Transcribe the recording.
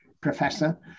professor